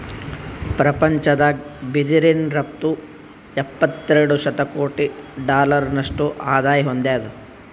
ಪ್ರಪಂಚದಾಗ್ ಬಿದಿರಿನ್ ರಫ್ತು ಎಪ್ಪತ್ತೆರಡು ಶತಕೋಟಿ ಡಾಲರ್ನಷ್ಟು ಆದಾಯ್ ಹೊಂದ್ಯಾದ್